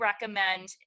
recommend